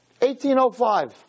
1805